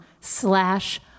slash